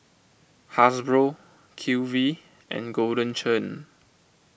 Hasbro Q V and Golden Churn